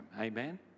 Amen